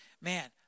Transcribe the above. man